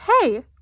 hey